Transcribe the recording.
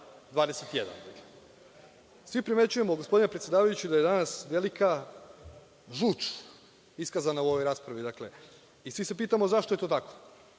21.Svi primećujemo, gospodine predsedavajući da je danas velika žuč iskazana u ovoj raspravi, dakle, i svi se pitamo zašto je to tako.